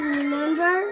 remember